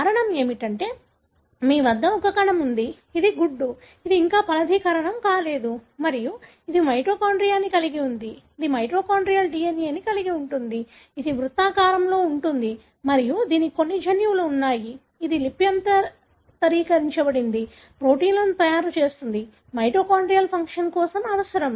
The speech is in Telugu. కారణం ఏమిటంటే మీ వద్ద ఒక కణం ఉంది ఇది గుడ్డు ఇది ఇంకా ఫలదీకరణం కాలేదు మరియు ఇది మైటోకాండ్రియాను కలిగి ఉంటుంది ఇది మైటోకాన్డ్రియల్ DNA ని కలిగి ఉంటుంది ఇది వృత్తాకారంగా ఉంటుంది మరియు దీనికి కొన్ని జన్యువులు ఉన్నాయి ఇది లిప్యంతరీకరించబడింది ప్రోటీన్లను తయారు చేస్తుంది మైటోకాన్డ్రియల్ ఫంక్షన్ కోసం అవసరం